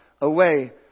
away